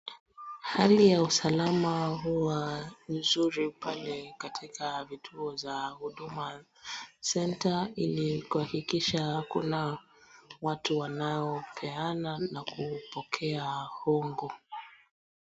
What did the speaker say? Hali ya usalama wa nzuri pale katika vituo za Huduma Center ili kuhakikisha hakuna watu wanaopeana na kupokea hongo.